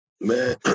Man